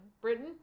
Britain